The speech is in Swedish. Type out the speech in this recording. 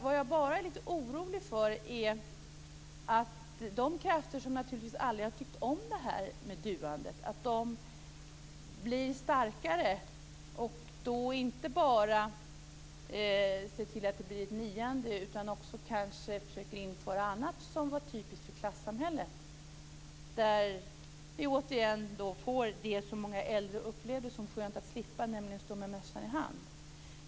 Men vad jag är lite orolig för är att de krafter som aldrig har tyckt om duandet blir starkare och då inte bara ser till att det blir ett niande utan också kanske försöker införa annat som var typiskt för klassamhället, så att vi återigen får det som många äldre upplever som skönt att slippa, nämligen att stå med mössan i hand.